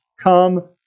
come